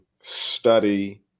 study